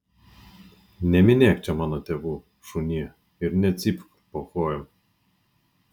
neminėk čia mano tėvų šunie ir necypk po kojom